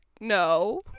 no